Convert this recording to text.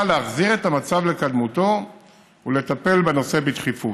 להחזיר את המצב לקדמותו ולטפל בנושא בדחיפות.